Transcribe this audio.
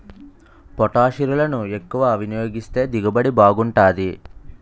పొటాషిరులను ఎక్కువ వినియోగిస్తే దిగుబడి బాగుంటాది